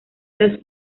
las